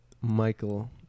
Michael